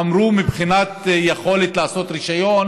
אמרו שמבחינת יכולת לעשות רישיון